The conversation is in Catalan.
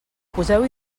poseu